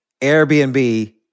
Airbnb